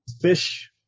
fish